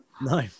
No